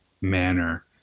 manner